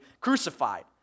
crucified